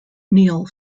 neil